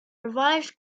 revised